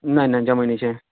नहि नहि जमै नहि छै